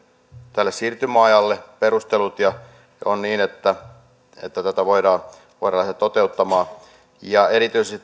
tälle siirtymäajalle perustelut ja on niin että että tätä voidaan lähteä toteuttamaan erityisesti